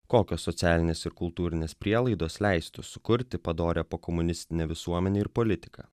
kokios socialinės ir kultūrinės prielaidos leistų sukurti padorią pokomunistinę visuomenę ir politiką